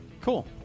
Cool